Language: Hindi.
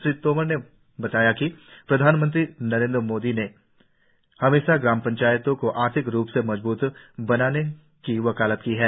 श्री तोमर ने बताया कि प्रधानमंत्री ने हमेशा ग्राम पंचायतों को आर्थिक रूप से मजबूत बनाने की वकालत की है